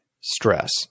stress